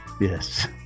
Yes